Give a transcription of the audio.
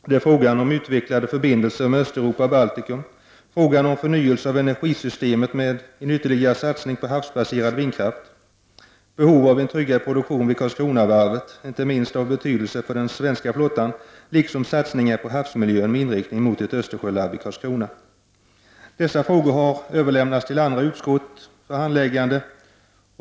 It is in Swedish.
Det är frågan om utvecklade förbindelser med Östeuropa och Baltikum, frågan om förnyelse av energisystemet med en ytterligare satsning på havsbaserad vindkraft och behovet av en tryggad produktion vid Karlskronavarvet, av betydelse inte minst för den svenska flottan, liksom frågan om satsningar på havsmiljön med inriktning mot ett Östersjölaboratorium i Karlskrona. Dessa frågor har överlämnats till andra utskott för handläggande.